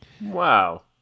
wow